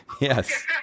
Yes